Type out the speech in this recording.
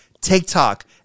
TikTok